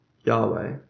Yahweh